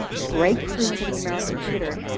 break through into the american theatre,